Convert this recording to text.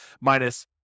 minus